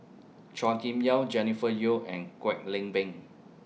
Chua Kim Yeow Jennifer Yeo and Kwek Leng Beng